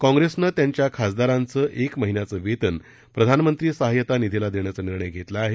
काँग्रेसनं त्यांच्या खासदारांचं एक महिन्याच वेतन प्रधानमंत्री सहाय्यता निधीला देण्याचा निर्णय घेतला आहे